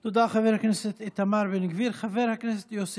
תודה, חבר הכנסת איתמר בן גביר.